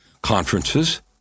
conferences